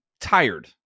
tired